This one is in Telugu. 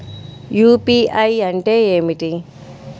యూ.పీ.ఐ అంటే ఏమిటి?